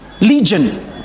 Legion